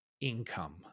income